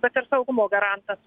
bet ir saugumo garantas